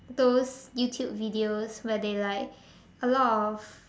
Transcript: those YouTube videos where they like a lot of